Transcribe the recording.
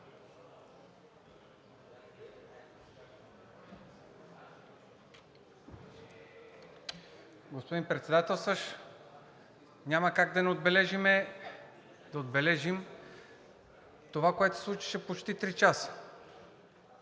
Господин Председателстващ, няма как да не отбележим това, което се случваше почти три часа.